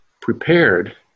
prepared